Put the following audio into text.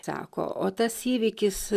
sako o tas įvykis